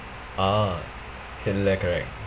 oh signaller correct